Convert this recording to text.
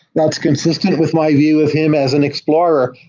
that's consistent with my view of him as an explorer,